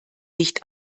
nicht